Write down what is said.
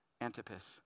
Antipas